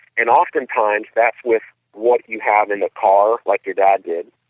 and oftentimes that's with what you have in the car like your dad did,